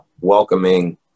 welcoming